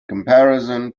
comparison